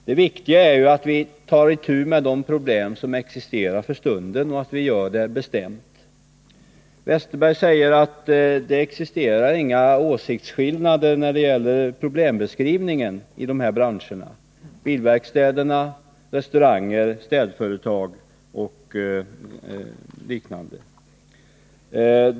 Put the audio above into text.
Det viktiga är ju att vi tar itu med de problem som existerar för stunden och att vi gör det bestämt. Per Westerberg säger att det inte existerar några åsiktsskillnader när det gäller problembeskrivningen i de här branscherna — bilverkstäder, restauranger, städföretag och liknande.